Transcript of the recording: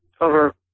over